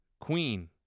Queen